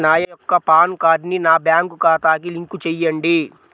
నా యొక్క పాన్ కార్డ్ని నా బ్యాంక్ ఖాతాకి లింక్ చెయ్యండి?